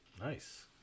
nice